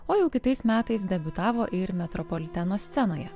o jau kitais metais debiutavo ir metropoliteno scenoje